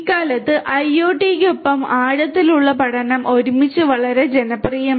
ഇക്കാലത്ത് IoT ക്കൊപ്പം ആഴത്തിലുള്ള പഠനം ഒരുമിച്ച് വളരെ ജനപ്രിയമായി